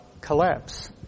collapse